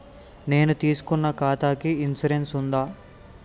నేను తీసుకున్న ఖాతాకి ఇన్సూరెన్స్ ఉందా?